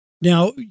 Now